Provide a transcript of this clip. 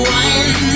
one